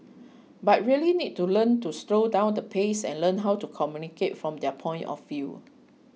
but really need to learn to slow down the pace and learn how to communicate from their point of view